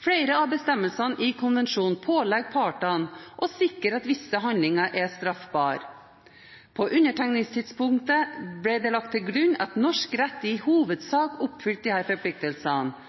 Flere av bestemmelsene i konvensjonen pålegger partene å sikre at visse handlinger er straffbare. På undertegningstidspunktet ble det lagt til grunn at norsk rett i hovedsak oppfylte disse forpliktelsene,